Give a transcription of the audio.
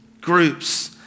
groups